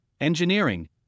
engineering